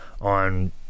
on